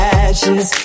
ashes